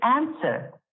answer